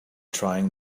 trying